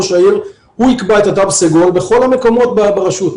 ראש העיר יקבע את התו הסגול בכל המקומות ברשות,